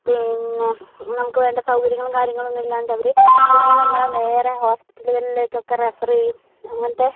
പിന്നെ നമുക്ക് വേണ്ട സൗകര്യങ്ങളും കാര്യങ്ങളും ഒന്നും ഇല്ലാണ്ട് അവര് പിന്നെ നമ്മളെ വേറെ ഹോസ്പിറ്റലുകളിലേക്ക് ഒക്കെ റെഫർ ചെയ്യും അങ്ങനത്തെ